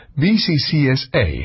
bccsa